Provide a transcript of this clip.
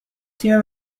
تیم